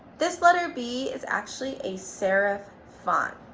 this letter b is actually a serif font.